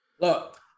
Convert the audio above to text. Look